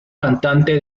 cantante